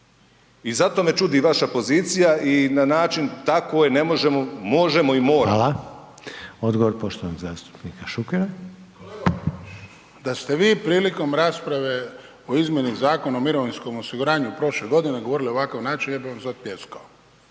I zato me čudi vaša pozicija i na način, tako je, ne možemo, možemo i moramo. **Reiner, Željko (HDZ)** Hvala. Odgovor, poštovanog zastupnika Šukera. **Šuker, Ivan (HDZ)** Da ste vi prilikom rasprave o izmjeni Zakona o mirovinskom osiguranju prošle godine govorili na ovakav način, ja bi vam sad pljeskao.